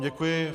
Děkuji.